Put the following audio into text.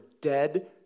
dead